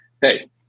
hey